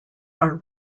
are